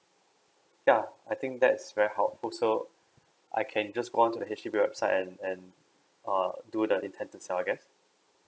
yeah I think that's very helpful so I can just go on to the H_D_B website and and err do the intend to sell I guess